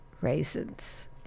raisins